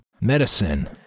medicine